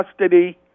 custody